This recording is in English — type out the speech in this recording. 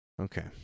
Okay